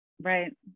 right